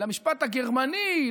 למשפט הגרמני,